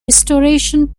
restoration